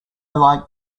like